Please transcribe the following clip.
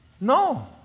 No